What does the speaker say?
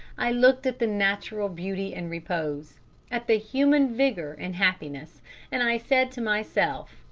i looked at the natural beauty and repose at the human vigour and happiness and i said to myself,